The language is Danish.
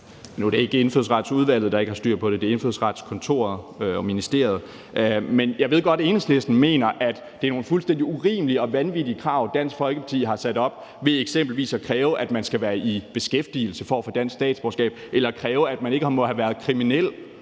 Nu er det ikke Indfødsretsudvalget, der ikke har styr på det, det er Indfødsretskontoret og ministeriet. Men jeg ved godt, at Enhedslisten mener, at det er nogle fuldstændig urimelige og vanvittige krav, Dansk Folkeparti har sat op ved eksempelvis at kræve, at man skal være i beskæftigelse for at få dansk statsborgerskab, eller kræve, at man ikke må have været kriminel,